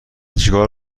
چیکار